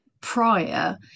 prior